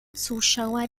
zuschauer